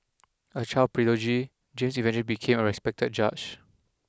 a child prodigy James you ready became a respected judge